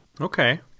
Okay